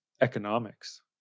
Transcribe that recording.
economics